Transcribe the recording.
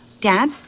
Dad